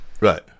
Right